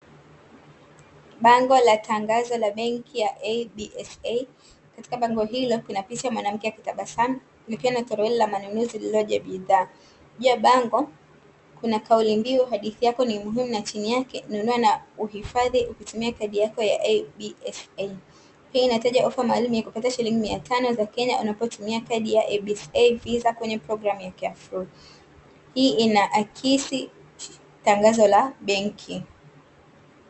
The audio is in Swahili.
Bango la tangazo la benki ya absa katika bango hilo kuna picha ya mwanamke akitabasamu